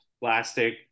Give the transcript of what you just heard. plastic